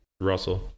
Russell